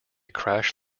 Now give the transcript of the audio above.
crash